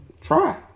Try